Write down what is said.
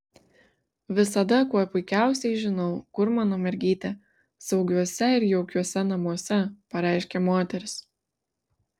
visada kuo puikiausiai žinau kur mano mergytė saugiuose ir jaukiuose namuose pareiškė moteris